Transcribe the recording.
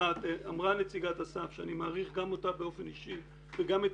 אמרה נציגת א.ס.ף שאני מעריך גם אותה באופן אישי וגם את